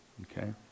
Okay